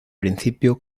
principio